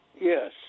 Yes